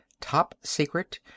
top-secret